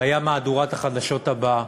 היה מהדורת החדשות הבאה.